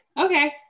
okay